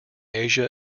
asia